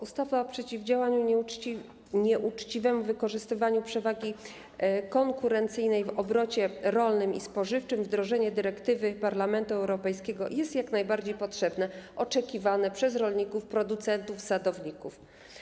Ustawa o przeciwdziałaniu nieuczciwemu wykorzystywaniu przewagi kontraktowej w obrocie produktami rolnymi i spożywczymi, wdrożenie dyrektywy Parlamentu Europejskiego, jest jak najbardziej potrzebna, oczekiwana przez rolników, producentów, sadowników.